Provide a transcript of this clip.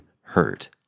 hurt